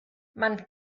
man